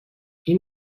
این